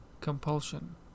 compulsion